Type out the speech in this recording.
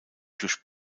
durch